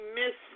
miss